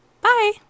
Bye